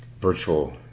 virtual